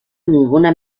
ninguna